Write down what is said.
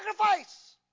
sacrifice